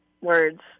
words